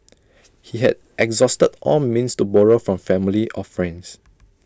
he had exhausted all means to borrow from family or friends